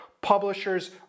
publishers